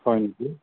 হয় নেকি